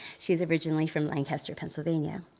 she's originally from lancaster, pennsylvania.